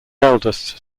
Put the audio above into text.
eldest